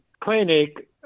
clinic